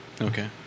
Okay